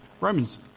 Romans